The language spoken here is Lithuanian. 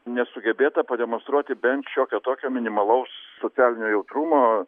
nesugebėta pademonstruoti bent šiokio tokio minimalaus socialinio jautrumo